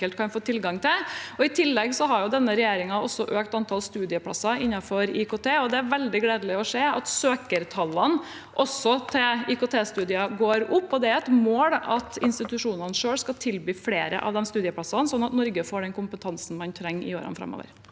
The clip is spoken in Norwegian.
I tillegg har denne regjeringen økt antall studieplasser innenfor IKT. Det er veldig gledelig å se at søkertallene til IKT-studier går opp. Det er et mål at institusjonene selv skal tilby flere av de studieplassene, slik at Norge får den kompetansen vi trenger i årene framover.